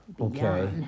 Okay